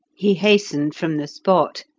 he hastened from the spot,